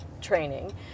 training